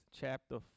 chapter